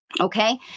okay